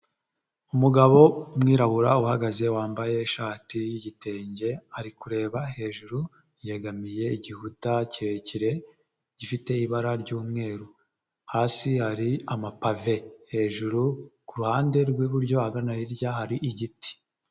Umugabo w'umwirabura uhagaze wambaye ishati y'igitenge, ari kureba hejuru yegamiye igihuta kirekire gifite ibara ry'umweru, hasi hari amapave, hejuru ku ruhande rw'iburyo agana hirya hari igiti.